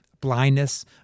blindness